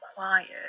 required